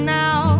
now